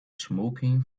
smoking